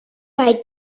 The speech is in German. bei